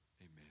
Amen